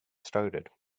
started